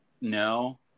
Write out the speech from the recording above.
no